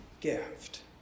gift